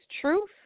truth